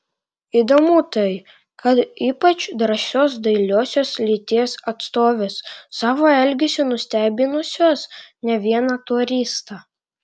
įdomu tai kad ypač drąsios dailiosios lyties atstovės savo elgesiu nustebinusios ne vieną turistą